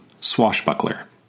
Swashbuckler